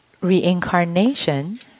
Reincarnation